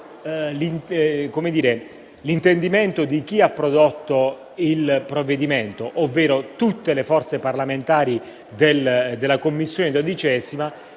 l'intendimento di chi ha prodotto il provvedimento, ovvero tutte le forze parlamentari della XII Commissione,